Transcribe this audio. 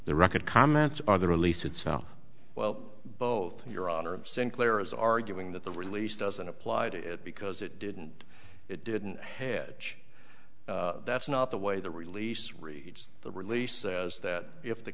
the record comments are the release and so well both your honor sinclair is arguing that the release doesn't apply to it because it didn't it didn't heads that's not the way the release reads the release says that if the